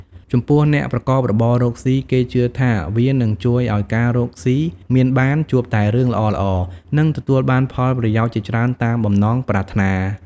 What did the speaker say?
ចំពោះអ្នកប្រកបរបររកស៊ី គេជឿថាវានឹងជួយឲ្យការរកស៊ីមានបាន ជួបតែរឿងល្អៗ និងទទួលបានផលប្រយោជន៍ជាច្រើនតាមបំណងប្រាថ្នា។